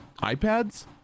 iPads